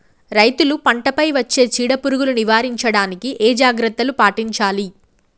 రైతులు పంట పై వచ్చే చీడ పురుగులు నివారించడానికి ఏ జాగ్రత్తలు పాటించాలి?